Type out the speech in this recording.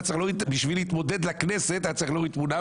בשביל להתמודד לכנסת היה צריך להוריד תמונה,